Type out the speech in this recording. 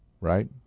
right